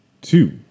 two